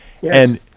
Yes